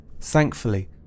Thankfully